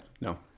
No